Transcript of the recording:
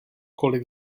kolik